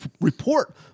report